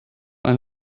eine